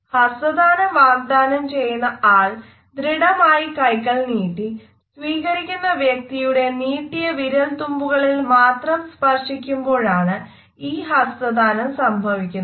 ഹസ്തദാനം വാഗ്ദാനം ചെയ്യുന്ന ആൾ ദൃഢമായി കൈകൾ നീട്ടി സ്വീകരിക്കുന്ന വ്യക്തിയുടെ നീട്ടിയ വിരൽത്തുമ്പുകളിൽ മാത്രം സ്പർശിക്കുമ്പോഴാണ് ഈ ഹസ്തദാനം സംഭവിക്കുന്നത്